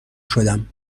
شدم